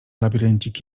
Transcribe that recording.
labiryncik